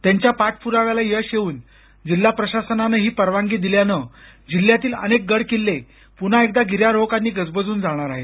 त्यांच्या पाठपुराव्याला यश येऊन जिल्हा प्रशासनान ही परवानगी दिल्यानं जिल्ह्यातील अनेक गड किल्ले प्न्हा एकदा गिर्यारोहकांनी गजबजून जाणार आहे